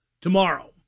tomorrow